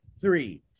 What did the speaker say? three